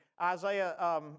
Isaiah